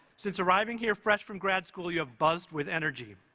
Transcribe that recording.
since arriving here fresh from grad school you have buzzed with energy.